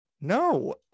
no